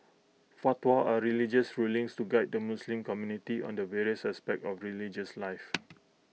fatwas are religious rulings to guide the Muslim community on the various aspects of religious life